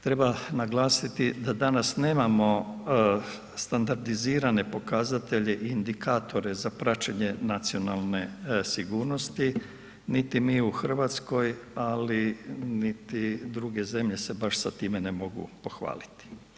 Treba naglasiti da danas nemamo standardizirane pokazatelje i indikatore za praćenje Nacionalne sigurnosti nit mi u Hrvatskoj ali niti druge zemlje se baš sa time ne mogu pohvaliti.